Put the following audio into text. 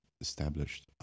established